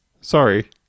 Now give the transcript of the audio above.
sorry